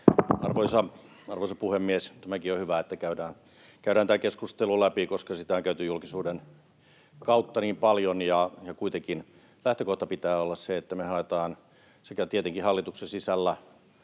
Arvoisa puhemies! On hyvä, että käydään tämä keskustelu läpi, koska sitä on käyty julkisuuden kautta niin paljon. Kuitenkin lähtökohta pitää olla se, että me haetaan tietenkin hallituksen sisällä